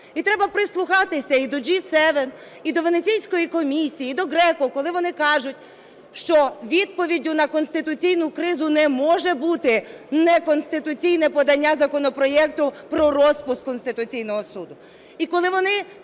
І треба прислухатися і до G7, і до Венеційської комісії, і до GRECO, коли вони кажуть, що відповіддю на конституційну кризу не може бути неконституційне подання законопроекту про розпуск Конституційного Суду.